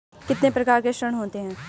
कितने प्रकार के ऋण होते हैं?